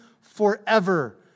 forever